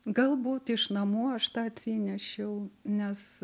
galbūt iš namų aš tą atsinešiau nes